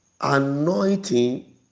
anointing